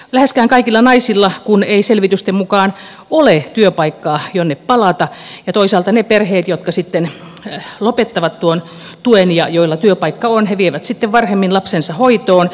läheskään kaikilla naisilla kun ei selvitysten mukaan ole työpaikkaa jonne palata ja toisaalta ne perheet jotka sitten lopettavat tuon tuen ja joilla työpaikka on vievät sitten varhemmin lapsensa hoitoon